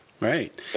Right